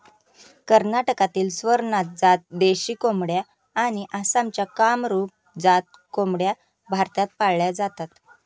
कर्नाटकातील स्वरनाथ जात देशी कोंबड्या आणि आसामच्या कामरूप जात कोंबड्या भारतात पाळल्या जातात